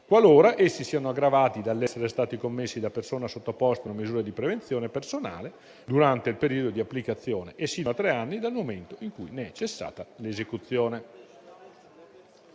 qualora essi siano aggravati dall'essere stati commessi da persona sottoposta a una misura di prevenzione personale durante il periodo di applicazione e fino a tre anni dal momento in cui ne è cessata l'esecuzione.